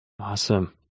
Awesome